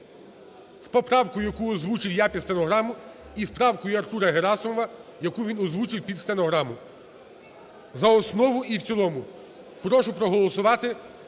з поправкою, яку озвучив я під стенограму, і з правкою Артура Герасимова, яку він озвучив під стенограму, за основу і в цілому. Прошу проголосувати